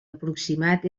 aproximat